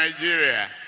Nigeria